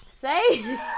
Say